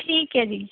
ਠੀਕ ਹੈ ਜੀ